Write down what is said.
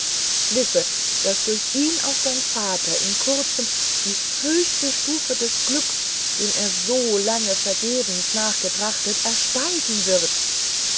wisse daß durch ihn auch dein vater in kurzem die höchste stufe des glücks dem er so lange vergebens nachgetrachtet ersteigen wird